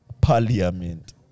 parliament